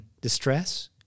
distress